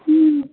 ம்